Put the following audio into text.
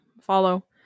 Follow